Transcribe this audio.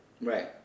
right